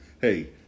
hey